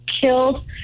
killed